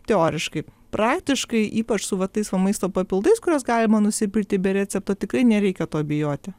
teoriškai praktiškai ypač su va tais va maisto papildais kuriuos galima nusipirkti be recepto tikrai nereikia to bijoti